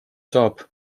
saab